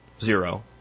zero